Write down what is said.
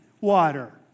water